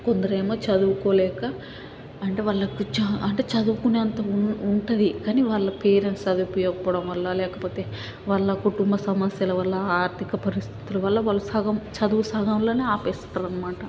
కొందరేమో చదువుకోలేక అంటే వాళ్ళకు చా అంటే చదువుకునే అంత ఉంటుంది కానీ వాళ్ళ పేరెంట్స్ చదివించకపోవడం వల్ల లేకపోతే వాళ్ళ కుటుంబ సమస్యలు వల్ల ఆర్థిక పరిస్థితుల వల్ల వాళ్ళు సగం చదువు సగంలోనే ఆపేస్తారు అనమాట